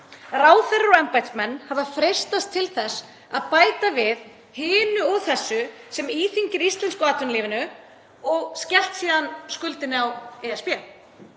Ráðherrar og embættismenn hafa freistast til þess að bæta við hinu og þessu sem íþyngir íslensku atvinnulífi og skellt síðan skuldinni á ESB.